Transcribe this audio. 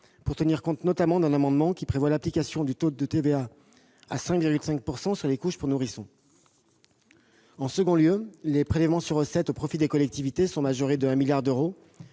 pour tenir compte notamment d'un amendement qui prévoit l'application du taux réduit de TVA à 5,5 % sur les couches pour nourrissons. En second lieu, les prélèvements sur recettes au profit des collectivités territoriales sont majorés de 1 milliard d'euros.